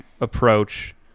approach